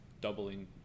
doubling